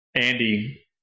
Andy